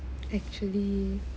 actually